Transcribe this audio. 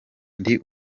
ndi